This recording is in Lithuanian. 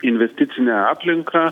investicinę aplinką